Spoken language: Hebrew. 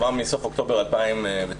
כבר מסוף אוקטובר 2019,